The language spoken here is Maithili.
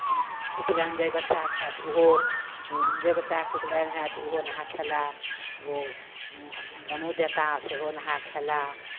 उपनयन जे बच्चाके हएत ओहो जे बच्चाके उपनयन हएत ओहो नहा खयला जो जनेउ देता सेहो नहा खयला